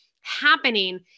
happening